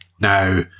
Now